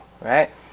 right